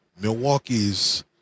Milwaukee's